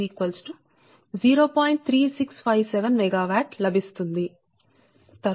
3657 MW లభిస్తుంది